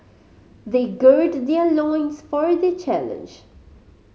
they gird their loins for the challenge